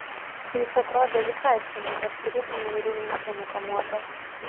jis atrodė visai suniukęs tarytum niūrių minčių nukamuotas